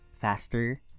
faster